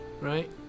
right